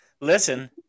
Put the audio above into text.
Listen